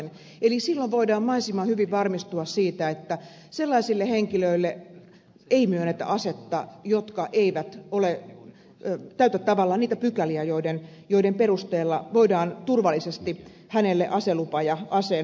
eli silloin voidaan mahdollisimman hyvin varmistua siitä että ei myönnetä asetta sellaisille henkilöille jotka eivät tavallaan täytä niitä pykäliä joiden perusteella voidaan turvallisesti heille aselupa ja aseen hallussapito ja hankintaoikeus myöntää